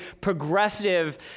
progressive